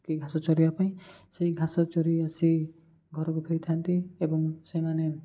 କି ଘାସ ଚରିବା ପାଇଁ ସେହି ଘାସ ଚରି ଆସି ଘରକୁ ଫେରିଥାନ୍ତି ଏବଂ ସେମାନେ